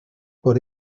por